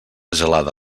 gelada